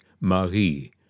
Marie